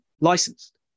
licensed